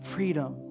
Freedom